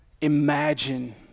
Imagine